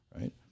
right